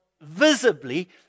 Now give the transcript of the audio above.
visibly